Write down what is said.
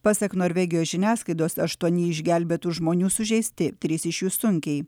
pasak norvegijos žiniasklaidos aštuoni iš gelbėtų žmonių sužeisti trys iš jų sunkiai